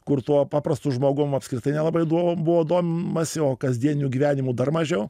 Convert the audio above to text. kur tuo paprastu žmogum apskritai nelabai buvo buvo domimasi o kasdieniniu gyvenimu dar mažiau